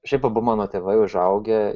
šiaip abu mano tėvai užaugę